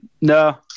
no